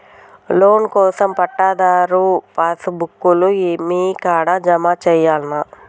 Loan కోసం పట్టాదారు pass book లు మీ కాడా జమ చేయల్నా?